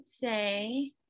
say